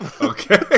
Okay